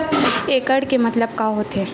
एकड़ के मतलब का होथे?